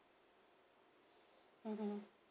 mmhmm